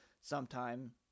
sometime